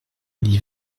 les